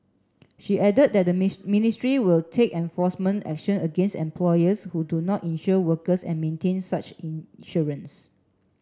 she added that the ministry will take enforcement action against employers who do not insure workers and maintain such insurance